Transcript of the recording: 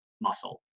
muscle